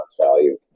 value